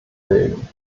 bilden